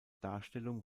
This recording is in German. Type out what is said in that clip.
darstellung